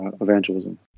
evangelism